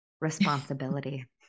responsibility